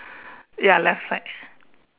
ya left side